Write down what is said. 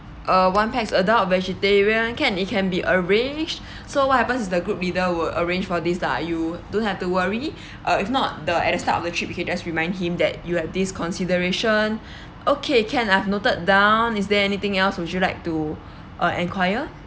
uh one pax adult vegetarian can it can be arranged so what happens is the group leader will arrange for this lah you don't have to worry uh if not the at the start of the trip you can just remind him that you have this consideration okay can I've noted down is there anything else would you like to uh enquire